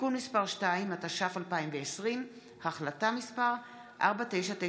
(תיקון מס' 2), התש"ף 2020, החלטה מס' 4995,